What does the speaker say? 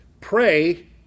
pray